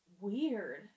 Weird